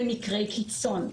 במקרי קיצון.